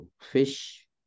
fish